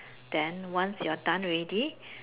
then once you're done already